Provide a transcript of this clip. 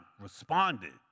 responded